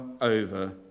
over